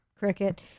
cricket